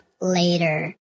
later